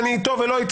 לא.